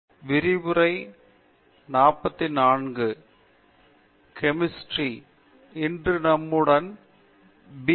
பேராசிரியர் பிரதாப் ஹரிதாஸ் வணக்கம் பி